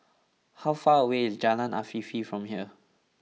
how far away is Jalan Afifi from here